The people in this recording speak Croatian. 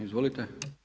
Izvolite.